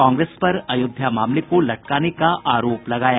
कांग्रेस पर अयोध्या मामले को लटकाने का आरोप लगाया